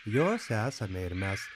jos esame ir mes